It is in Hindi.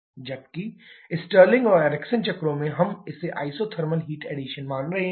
जबकि स्टर्लिंग और एरिक्सन चक्रों में हम इसे आइसोथर्मल हीट एडिशन मान रहे हैं